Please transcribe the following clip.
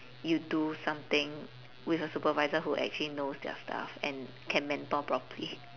you do something with a supervisor who actually knows their stuff and can mentor properly